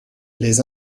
les